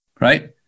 right